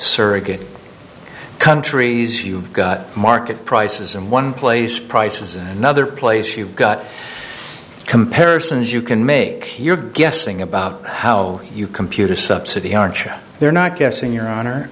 surrogate countries you've got market prices in one place prices another place you've got comparisons you can make your guessing about how you computer subsidy archer they're not guessing your honor